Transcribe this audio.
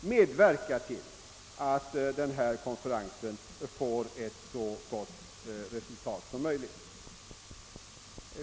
medverka till att denna konferens ger ett så gott resultat som möjligt.